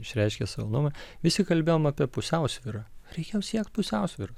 išreiškė savo nuomonę visi kalbėjom apie pusiausvyrą reikia siekti pusiausvyros